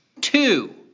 Two